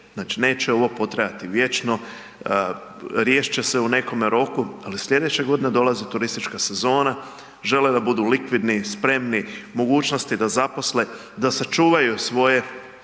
Znači, neće ovo potrajati vječno, riješit će se u nekome roku, ali slijedeće godine dolazi turistička sezona, žele da budu likvidni, spremni, mogućnosti da zaposle, da sačuvaju svoje